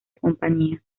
compañías